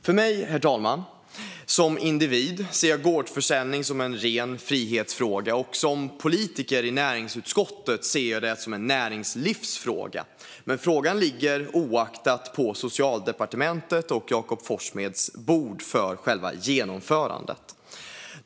För mig som individ, herr talman, ser jag gårdsförsäljning som en ren frihetsfråga, och som politiker i näringsutskottet ser jag det som en näringslivsfråga. Frågan ligger på Socialdepartementet på Jakob Forssmeds bord för genomförande.